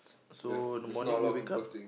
so the morning we wake up